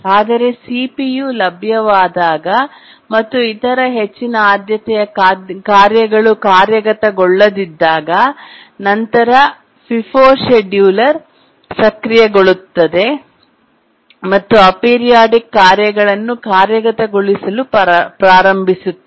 ಆದರೆ ಸಿಪಿಯು ಲಭ್ಯವಾದಾಗ ಮತ್ತು ಇತರ ಹೆಚ್ಚಿನ ಆದ್ಯತೆಯ ಕಾರ್ಯಗಳು ಕಾರ್ಯಗತಗೊಳ್ಳದಿದ್ದಾಗ ನಂತರ ಫಿಫೊ ಷೆಡ್ಯೂಳೆರ್ ಸಕ್ರಿಯಗೊಳ್ಳುತ್ತದೆ ಮತ್ತು ಅಪೀರಿಯೋಡಿಕ್ ಕಾರ್ಯಗಳನ್ನು ಕಾರ್ಯಗತಗೊಳಿಸಲು ಪ್ರಾರಂಭಿಸುತ್ತದೆ